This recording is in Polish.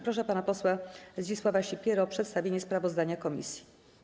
Proszę pana posła Zdzisława Sipierę o przedstawienie sprawozdania komisji.